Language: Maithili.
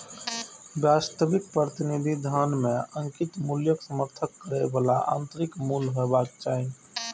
वास्तविक प्रतिनिधि धन मे अंकित मूल्यक समर्थन करै बला आंतरिक मूल्य हेबाक चाही